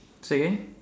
say again